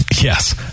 yes